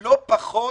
לא פחות